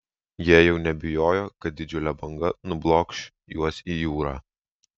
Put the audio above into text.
jie jau nebijojo kad didžiulė banga nublokš juos į jūrą